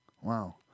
wow